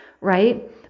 right